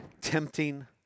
tempting